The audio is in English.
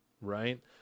right